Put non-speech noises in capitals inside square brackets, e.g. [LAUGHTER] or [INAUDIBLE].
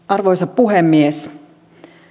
[UNINTELLIGIBLE] arvoisa puhemies